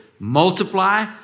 Multiply